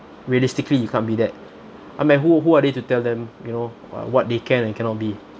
realistically you can't be that I meant who who are they to tell them you know uh what they can and cannot be